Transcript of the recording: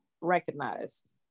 recognized